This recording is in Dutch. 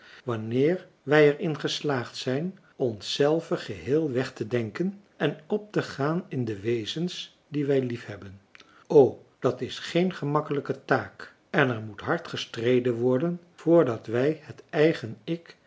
wanneer wij er in geslaagd zijn ons zelve geheel weg te denken en op te gaan in de wezens die wij liefhebben o dat is geen gemakkelijke taak en er moet hard gestreden worden voordat wij het eigen ik